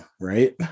right